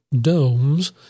domes